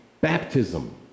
baptism